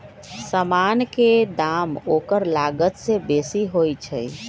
समान के दाम ओकर लागत से बेशी होइ छइ